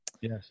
Yes